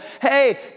hey